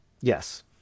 Yes